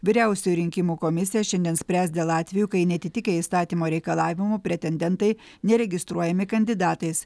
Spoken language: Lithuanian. vyriausioji rinkimų komisija šiandien spręs dėl atvejų kai neatitikę įstatymo reikalavimų pretendentai neregistruojami kandidatais